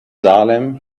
salem